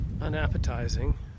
unappetizing